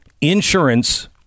insurance